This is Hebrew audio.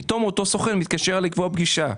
פתאום אותו סוכן מתקשר לקבוע פגישה,